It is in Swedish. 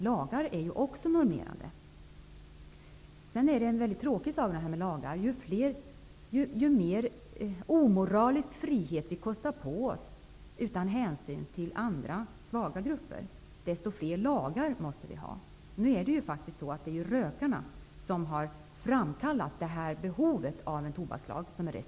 Något som är tråkigt är att ju mer omoralisk frihet som vi kostar på oss -- utan hänsyn till andra, svaga grupper -- desto fler lagar måste vi ha. Nu är det faktiskt så, att det är rökarna som har framkallat behovet av en restriktiv tobakslag.